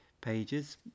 pages